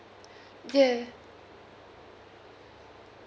yeah